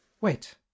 Wait